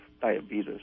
diabetes